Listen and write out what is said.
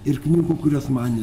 ir knygų kurios man